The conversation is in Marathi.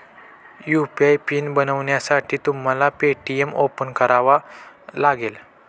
यु.पी.आय पिन बनवण्यासाठी तुम्हाला पे.टी.एम ओपन करावा लागेल